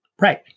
Right